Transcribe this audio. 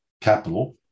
capital